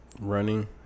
Running